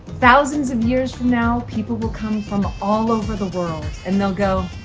thousands of years from now, people will come from all over the world and they'll go,